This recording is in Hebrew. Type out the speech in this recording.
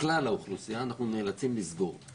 אנחנו נאלצים לסגור לכלל האוכלוסייה.